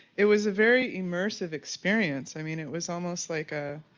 it was a very immersive experience. i mean it was almost like a